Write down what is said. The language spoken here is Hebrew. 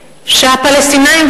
שהפלסטינים,